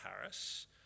harris